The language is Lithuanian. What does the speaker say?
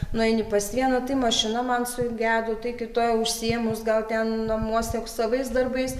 nueini pas vieną tai mašina man sugedo tai kita užsiėmus gal ten namuose savais darbais